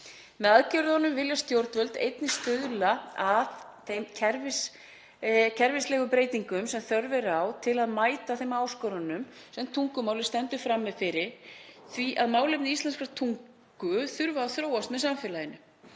Með aðgerðunum vilja stjórnvöld einnig stuðla að þeim kerfislegu breytingum sem þörf er á til að mæta þeim áskorunum sem tungumálið stendur frammi fyrir því að málefni íslenskrar tungu þurfa að þróast með samfélaginu.